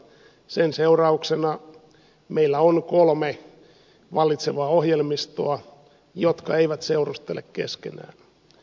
sen seurauksena meillä on kolme vallitsevaa ohjelmistoa jotka eivät seurustele keskenään